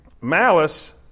malice